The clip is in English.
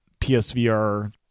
PSVR